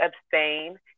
abstain